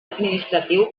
administratiu